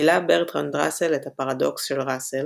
גילה ברטראנד ראסל את הפרדוקס של ראסל,